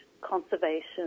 conservation